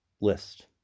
list